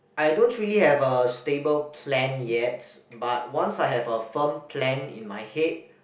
I don't really have a stable plan yet but once I have a firm plan in my head